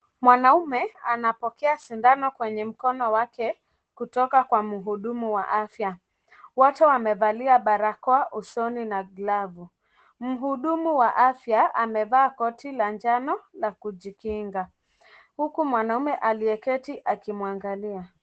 Mwanaume anapokea sindano kwenye mkono wake kutoka kwa muhudumu wa afya. Wote wamevalia barakoa usoni na glavu. Muhudumu wa afya amevaa koti la njano la kujikinga huku mwanamme aliyeketi akimwangalia.